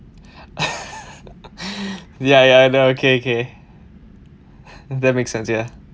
ya ya ya now okay okay that makes sense ya